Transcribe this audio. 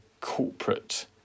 corporate